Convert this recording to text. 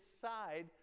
side